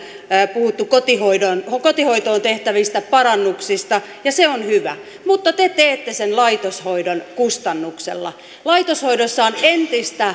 puhuttu kotihoitoon tehtävistä parannuksista ja se on hyvä mutta te teette sen laitoshoidon kustannuksella laitoshoidossa on entistä